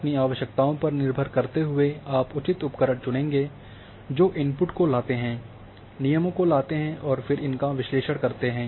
अपनी आवश्यकताओं पर निर्भर करते हुए आप उचित उपकरण चुनेंगे जो इनपुट को लाते हैं नियमों को लाते हैं और फिर इनका विश्लेषण करते हैं